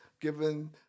given